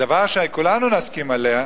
הדבר שכולנו נסכים עליו,